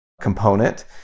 component